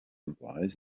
implies